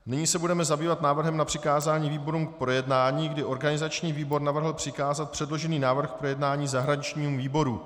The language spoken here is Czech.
Nyní se budeme zabývat návrhem na přikázaní výborům k projednání, kdy organizační výbor navrhl přikázat předložený návrh k projednání zahraničnímu výboru.